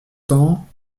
tant